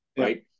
Right